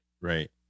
Right